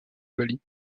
bali